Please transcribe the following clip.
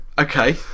Okay